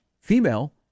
female